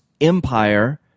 empire